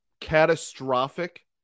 catastrophic